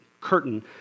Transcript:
curtain